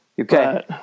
okay